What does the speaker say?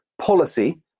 policy